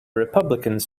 republicans